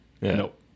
Nope